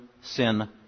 sin